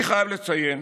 אני חייב לציין